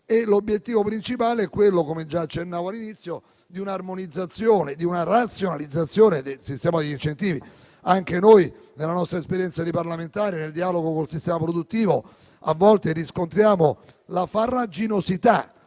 di un'armonizzazione e di una razionalizzazione del sistema degli incentivi. Anche noi nella nostra esperienza di parlamentari e nel dialogo con il sistema produttivo a volte riscontriamo la farraginosità